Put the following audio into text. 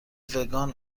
وگان